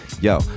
yo